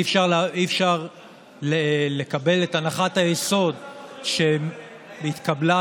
אי-אפשר לקבל את הנחת היסוד שהתקבלה,